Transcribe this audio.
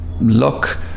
luck